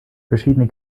verschiedene